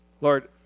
Lord